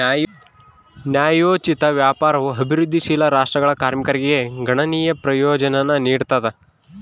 ನ್ಯಾಯೋಚಿತ ವ್ಯಾಪಾರವು ಅಭಿವೃದ್ಧಿಶೀಲ ರಾಷ್ಟ್ರಗಳ ಕಾರ್ಮಿಕರಿಗೆ ಗಣನೀಯ ಪ್ರಯೋಜನಾನ ನೀಡ್ತದ